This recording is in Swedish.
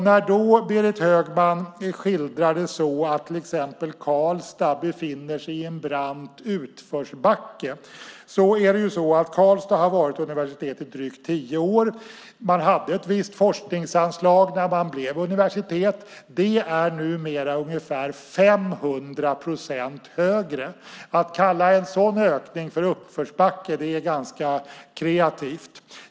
När Berit Högman vill skildra det som att till exempel Karlstad befinner sig i en brant utförsbacke vill jag peka på att Karlstad har varit universitet i drygt tio år. Man hade ett visst forskningsanslag när man blev universitet. Det är numera ungefär 500 procent högre. Att kalla en sådan ökning för uppförsbacke är kreativt.